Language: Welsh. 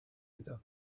iddo